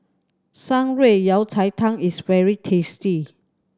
Shan Rui Yao Cai Tang is very tasty